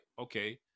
okay